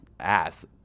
ass